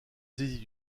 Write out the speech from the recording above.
saisit